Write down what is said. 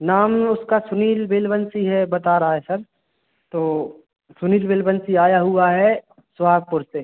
नाम उसका सुनील वेलवंसी है बता रहा है सर तो सुनील वेलबंसी आया हुआ है सोहागपुर से